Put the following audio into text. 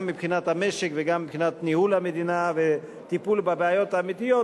גם מבחינת המשק וגם מבחינת ניהול המדינה וטיפול בבעיות האמיתיות,